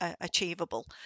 achievable